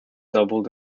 doubled